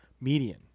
Median